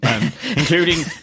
including